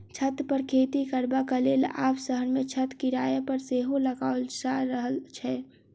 छत पर खेती करबाक लेल आब शहर मे छत किराया पर सेहो लगाओल जा रहल छै